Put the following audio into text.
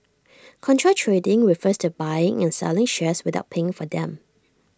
contra trading refers to buying and selling shares without paying for them